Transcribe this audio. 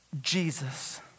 Jesus